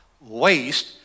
waste